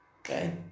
Okay